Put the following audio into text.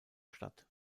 stadt